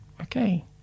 Okay